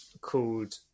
called